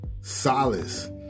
solace